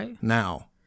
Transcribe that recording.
now